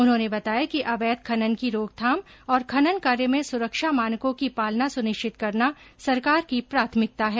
उन्होंने बताया कि अवैध खनन की रोकथाम और खनन कार्य में सुरक्षा मानकों की पालना सुनिश्चित करना सरकार की प्राथमिकता है